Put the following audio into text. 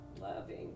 loving